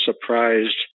surprised